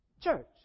church